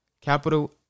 capital